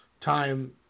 time